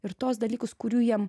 ir tuos dalykus kurių jiem